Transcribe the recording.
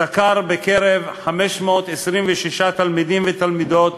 ערך סקר בקרב 526 תלמידים ותלמידות